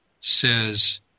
says